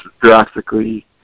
drastically